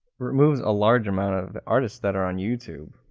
removes a large amount of artists that are on youtube.